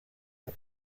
uko